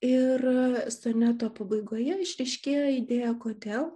ir soneto pabaigoje išryškėja idėja kodėl